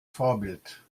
vorbild